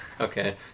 Okay